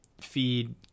feed